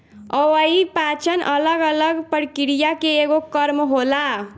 अव्ययीय पाचन अलग अलग प्रक्रिया के एगो क्रम होला